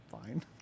Fine